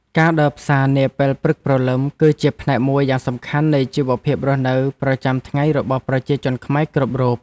ការដើរផ្សារនាពេលព្រឹកព្រលឹម គឺជាផ្នែកមួយយ៉ាងសំខាន់នៃជីវភាពរស់នៅប្រចាំថ្ងៃរបស់ប្រជាជនខ្មែរគ្រប់រូប។